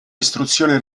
istruzione